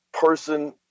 person